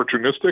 opportunistic